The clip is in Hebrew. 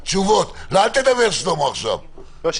מאיפה,